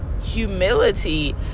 Humility